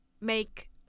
make